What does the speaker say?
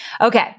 Okay